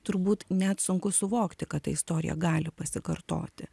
turbūt net sunku suvokti kad ta istorija gali pasikartoti